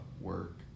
work